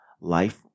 life